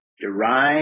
Derive